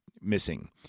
missing